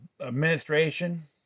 administration